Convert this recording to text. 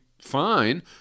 fine